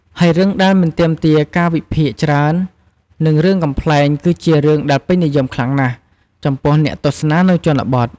ហើយរឿងដែលមិនទាមទារការវិភាគច្រើន និងរឿងកំប្លែងគឺជារឿងដែលពេញនិយមខ្លាំងណាស់ ចំពោះអ្នកទស្សនានៅជនបទ។